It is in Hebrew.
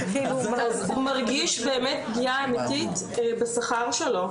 הוא מרגיש באמת פגיעה אמיתית בשכר שלו.